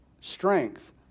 strength